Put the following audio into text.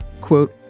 Quote